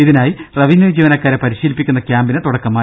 ഇതിനായി റവന്യൂ ജീവനക്കാരെ പരിശീലിപ്പിക്കുന്ന ക്യാമ്പിന് തുടക്കമായി